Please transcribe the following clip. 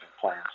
plans